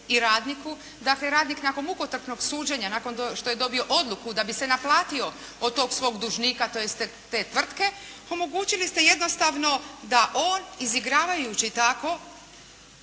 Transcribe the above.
i radniku, dakle radnik nakon mukotrpnog suđenja, nakon što je dobio odluku da bi se naplatio od tog svog dužnika tj. te tvrtke, omogućili ste jednostavno da on, izigravajući tako